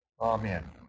Amen